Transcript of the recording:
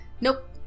nope